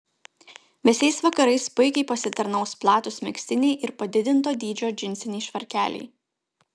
vėsiais vakarais puikiai pasitarnaus platūs megztiniai ir padidinto dydžio džinsiniai švarkeliai